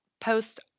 post